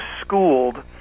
schooled